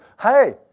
hey